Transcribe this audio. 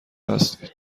هستید